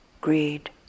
greed